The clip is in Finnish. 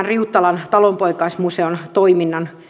riuttalan talonpoikaismuseon toiminnan